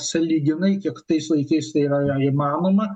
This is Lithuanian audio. sąlyginai kiek tais laikais tai yra įmanoma